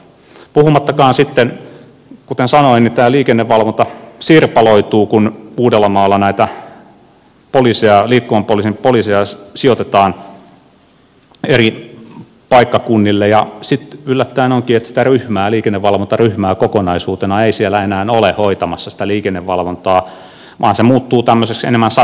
puhumattakaan sitten siitä kuten sanoin että tämä liikennevalvonta sirpaloituu kun uudellamaalla näitä liikkuvan poliisin poliiseja sijoitetaan eri paikkakunnille ja sitten yllättäen onkin niin että sitä liikennevalvontaryhmää kokonaisuutena ei siellä enää ole hoitamassa sitä liikennevalvontaa vaan se muuttuu tämmöiseksi enemmän satunnaiseksi